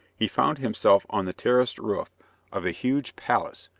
he found himself on the terraced roof of a huge palace,